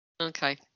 okay